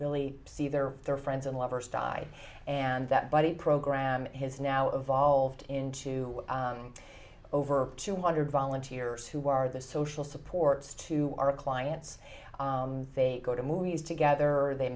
really see their their friends and lovers died and that by the program has now evolved into over two hundred volunteers who are the social supports to our clients they go to movies together or they